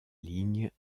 ligne